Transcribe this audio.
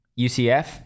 UCF